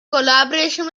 collaboration